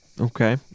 Okay